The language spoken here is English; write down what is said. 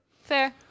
Fair